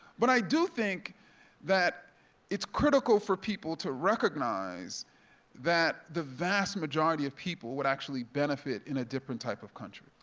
but i do think that it's critical for people to recognize that the vast majority of people would actually benefit in a different type of country.